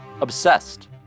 obsessed